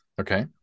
Okay